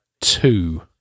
two